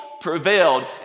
prevailed